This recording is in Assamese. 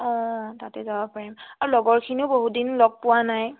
অঁ তাতে যাব পাৰিম আৰু লগৰখিনিও বহুতদিন লগ পোৱা নাই